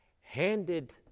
handed